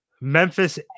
Memphis